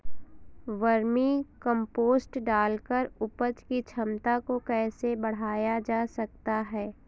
Vermi compost डालकर उपज की क्षमता को कैसे बढ़ाया जा सकता है?